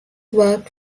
worked